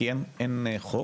כי אין חוק,